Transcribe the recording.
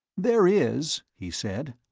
there is, he said,